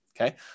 okay